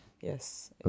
Yes